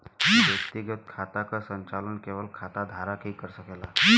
व्यक्तिगत खाता क संचालन केवल खाता धारक ही कर सकला